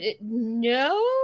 No